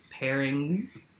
pairings